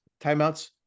timeouts